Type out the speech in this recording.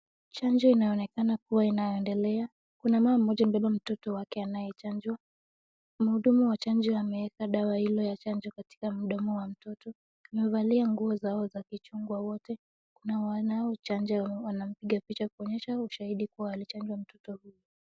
Chanjo inaonekana kuwa inayoendelea .Kuna mama mmoja ambaye amebeba mtoto wake anayechanjwa. Mhudumu wa chanjo ameeka dawa hilo ya chanjo katika mdomo wa mtoto. Amevalia nguo zao za kijungwa wote na wanaochanja wanapiga picha kuonyesha ushahidi kuwa walichanja mtoto huyu.